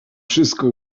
wszystko